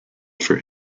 for